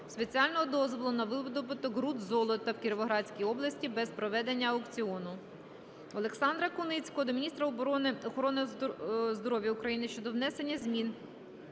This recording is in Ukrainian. спеціального дозволу на видобуток руд золота в Кіровоградській області без проведення аукціону. Олександра Куницького до міністра охорони здоров'я України щодо внесення змін